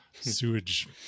sewage